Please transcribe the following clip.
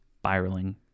spiraling